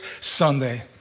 Sunday